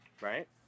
right